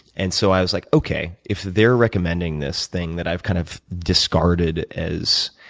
and so i was like, okay. if they're recommending this thing that i've kind of discarded as